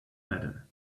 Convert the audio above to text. better